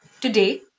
Today